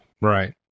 Right